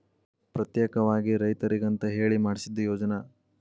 ಪ್ರತ್ಯೇಕವಾಗಿ ರೈತರಿಗಂತ ಹೇಳಿ ಮಾಡ್ಸಿದ ಯೋಜ್ನಾ